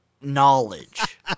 knowledge